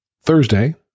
Thursday